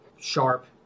sharp